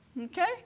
Okay